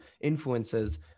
influences